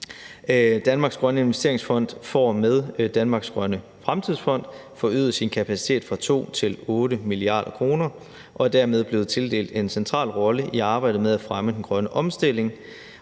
Danmarks Grønne Investeringsfond får med Danmarks Grønne Fremtidsfond forøget sin kapacitet fra 2 til 8 mia. kr. og er dermed blevet tildelt en central rolle i arbejdet med at fremme den grønne omstilling.